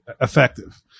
effective